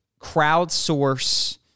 crowdsource